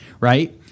right